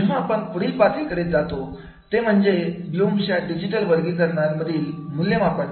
जेव्हा आपण पुढील पातळीकडे जातो ती म्हणजे ब्लूम च्या डिजिटल वर्गीकरणा मधील मूल्यमापन आहे